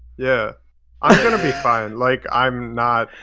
yeah i'm gonna be fine, like, i'm not,